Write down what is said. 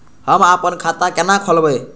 हम आपन खाता केना खोलेबे?